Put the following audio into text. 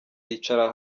yicara